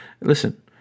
listen